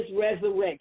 resurrection